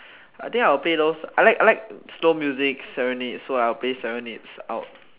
I think I will play those I like I like slow music serenades so like I'll play serenades out